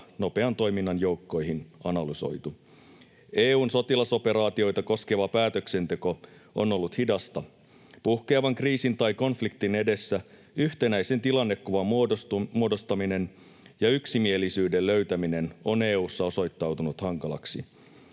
nopean toiminnan joukkoihin analysoitu. EU:n sotilasoperaatioita koskeva päätöksenteko on ollut hidasta. Puhkeavan kriisin tai konfliktin edessä yhtenäisen tilannekuvan muodostaminen ja yksimielisyyden löytäminen on EU:ssa osoittautunut hankalaksi.